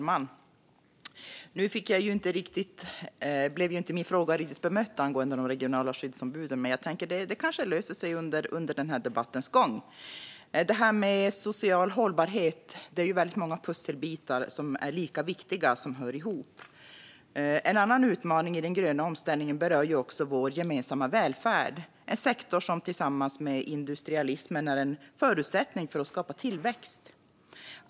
Fru talman! Min fråga angående de regionala skyddsombuden blev inte riktigt bemött, men det kanske löser sig under debattens gång. När det gäller social hållbarhet finns det väldigt många pusselbitar som är lika viktiga och som hör ihop. En annan utmaning i den gröna omställningen berör vår gemensamma välfärd. Detta är en sektor som tillsammans med industrialismen är en förutsättning för att skapa tillväxt.